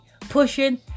pushing